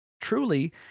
Truly